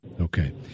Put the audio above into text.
Okay